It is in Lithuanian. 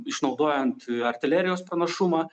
išnaudojant artilerijos pranašumą